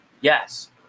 Yes